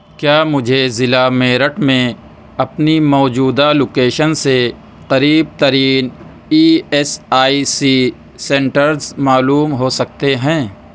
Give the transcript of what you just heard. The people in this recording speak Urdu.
کیا مجھے ضلع میرٹھ میں اپنی موجودہ لوکیشن سے قریب ترین E S I C centres معلوم ہو سکتے ہیں